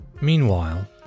Meanwhile